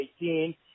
2018